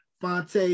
Fonte